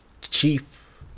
chief